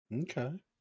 Okay